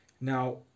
Now